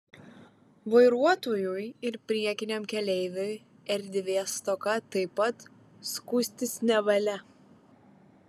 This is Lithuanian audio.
vairuotojui ir priekiniam keleiviui erdvės stoka taip pat skųstis nevalia